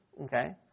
okay